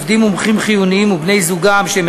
עובדים מומחים חיוניים ובני-זוגם שהם